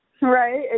right